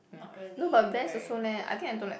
not really very good lah